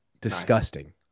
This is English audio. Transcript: disgusting